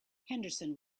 henderson